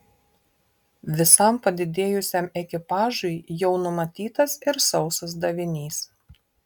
visam padidėjusiam ekipažui jau numatytas ir sausas davinys